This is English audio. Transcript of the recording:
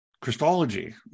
Christology